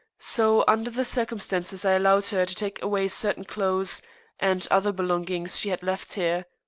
so, under the circumstances, i allowed her to take away certain clothes and other belongings she had left here.